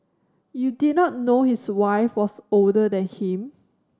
you did not know his wife was older than him